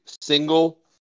single